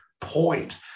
point